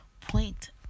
point